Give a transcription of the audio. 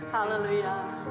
Hallelujah